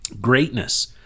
greatness